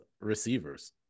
receivers